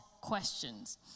questions